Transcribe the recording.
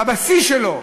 בבסיס שלו,